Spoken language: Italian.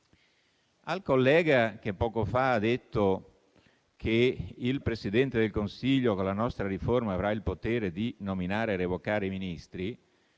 Al collega che poco fa ha detto che il Presidente del Consiglio con la nostra riforma avrà il potere di nominare e revocare i Ministri,